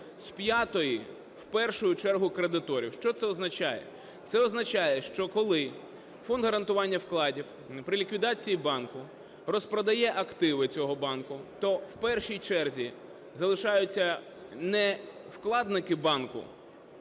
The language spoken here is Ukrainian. з п'ятої в першу чергу кредиторів. Що це означає? Це означає, що коли Фонд гарантування вкладів при ліквідації банку розпродає активи цього банку, то в першій черзі залишаються не вкладники банку,